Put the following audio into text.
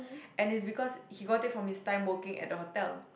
and is because he got it from his time working at the hotel